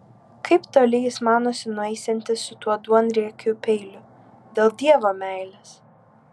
kaip toli jis manosi nueisiantis su tuo duonriekiu peiliu dėl dievo meilės